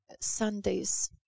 Sundays